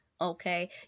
okay